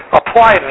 apply